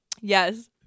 Yes